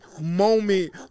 moment